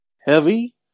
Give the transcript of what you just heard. heavy